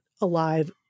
alive